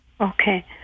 Okay